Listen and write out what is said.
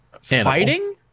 fighting